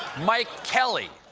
mike kelly,